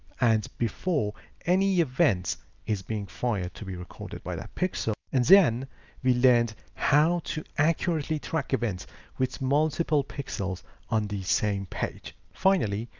and before any event is being fired to be recorded by that pixel. and then we learned how to accurately track events with multiple pixels on the same page. finally,